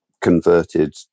converted